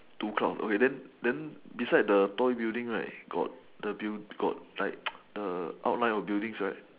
two cloud okay then then beside the toy building right got the build got like the outline of buildings right